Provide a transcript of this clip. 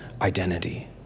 identity